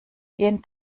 gehen